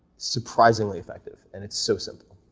surprisingly effective, and it's so simple.